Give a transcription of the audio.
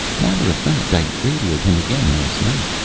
matter of fact, i radioed him again last night.